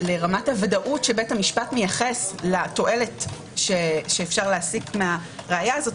לרמת הוודאות שבית המשפט מתייחס לתועלת שאפשר להסיק מהראיה הזו,